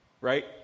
right